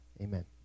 amen